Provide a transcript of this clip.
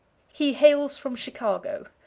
he hails from chicago.